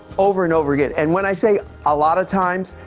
over and over again. and when i say a lot of times,